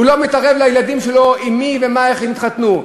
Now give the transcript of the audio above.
הוא לא מתערב לילדים שלו עם מי ומה ואיך יתחתנו,